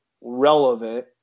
relevant